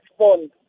respond